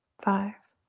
five,